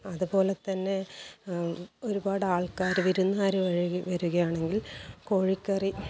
അതുപോലെ തന്നെ ഒരുപാട് ആൾക്കാർ വിരുന്നുകാർ വരികയാണെങ്കിൽ കോഴിക്കറി